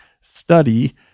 study